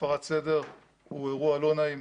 הפרת סדר הוא אירוע לא נעים,